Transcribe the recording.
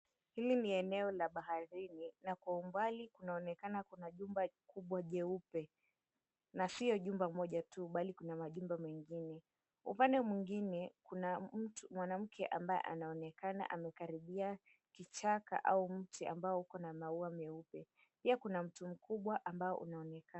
Hili ni eneo la baharini na kwa umbali kunaonekana kuna jumba kubwa leupe na sio jumba moja tu bali kuna majumba mengine, upande mwengine kuna mwanamke ambaye anaonekana amekaribia kichaka au mti ambayo uko na maua meupe pia kuna mti mkubwa ambao unaonekana.